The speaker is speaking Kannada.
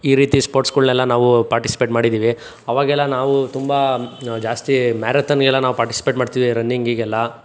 ಈ ರೀತಿ ಸ್ಪೋರ್ಟ್ಸ್ಗಳ್ನೆಲ್ಲ ನಾವು ಪಾರ್ಟಿಸಿಪೇಟ್ ಮಾಡಿದೀವಿ ಆವಾಗೆಲ್ಲ ನಾವು ತುಂಬ ಜಾಸ್ತಿ ಮ್ಯಾರಥಾನ್ಗೆಲ್ಲ ನಾವು ಪಾರ್ಟಿಸಿಪೇಟ್ ಮಾಡ್ತೀವಿ ರನ್ನಿಂಗಿಗೆಲ್ಲ